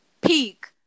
peak